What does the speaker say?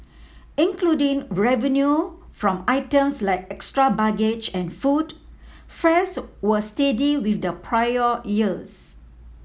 including revenue from items like extra baggage and food fares were steady with the prior year